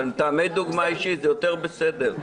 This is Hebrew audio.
אבל מטעמי דוגמה אישית זה יותר בסדר.